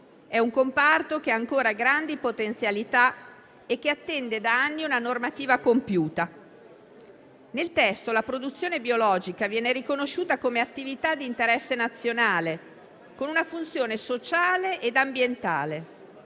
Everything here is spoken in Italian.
è un comparto che ha ancora grandi potenzialità e che attende da anni una normativa compiuta. Nel testo la produzione biologica viene riconosciuta come attività di interesse nazionale, con una funzione sociale e ambientale.